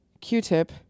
Q-tip